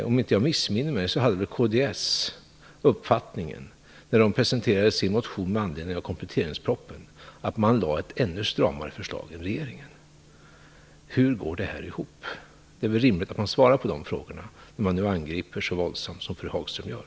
Om jag inte missminner mig hade kds den uppfattningen när de presenterade sin motion med anledning av kompletteringspropositionen att de lade ett förslag som var ännu stramare än regeringens. Hur går detta ihop? Det är väl rimligt att man svarar på dessa frågor när man angriper så våldsamt som fru Hagström gör.